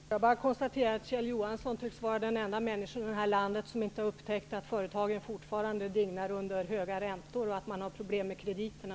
Herr talman! Jag konstaterar att Kjell Johansson tycks vara ensam i det här landet om att inte ha upptäckt att företagen fortfarande dignar under höga räntor och att de har problem med krediterna.